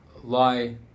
lie